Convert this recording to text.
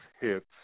hits